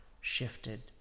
shifted